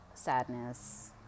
sadness